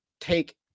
take